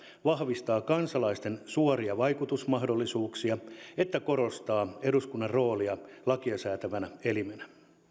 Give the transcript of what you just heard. vahvistaa kansalaisten suoria vaikutusmahdollisuuksia että korostaa eduskunnan roolia lakia säätävänä elimenä